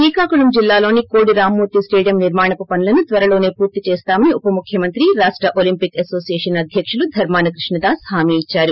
శ్రీకాకుళం జిల్లాలోని కోడి రామ్మూర్తి స్టేడియం నిర్మాణపు పనులను త్వరలోసే పూర్తి చేస్తామని ఉప ముఖ్యమంత్రి రాష్ట్ర ఒలింపిక్ అసోసియేషన్ అధ్యకులు ధర్మాన కృష్ణదాస్ హామీ ఇచ్చారు